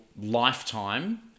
lifetime